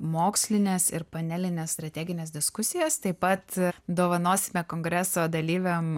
mokslines ir panelines strategines diskusijas taip pat dovanosime kongreso dalyviam